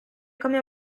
come